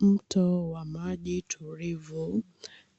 Mto wa maji tulivu